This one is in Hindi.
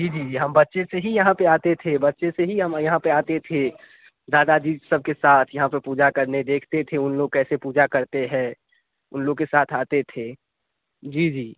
जी जी जी हम बच्चे से ही यहाँ पर आते थे बच्चे से ही हम यहाँ पर आते थे दादा जी सब के साथ यहाँ पर पूजा करने देखते थे उन लोग कैसे पूजा करते हैं उन लोग के साथ आते थे जी जी